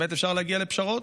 באמת אפשר להגיע לפשרות,